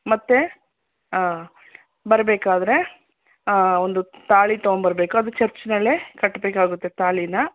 ಮತ್ತೆ ಬರಬೇಕಾದ್ರೆ ಒಂದು ತಾಳಿ ತೊಗೊಂ ಬರ್ಬೇಕು ಅದು ಚರ್ಚ್ನಲ್ಲೆ ಕಟ್ಬೇಕಾಗುತ್ತೆ ತಾಳಿನ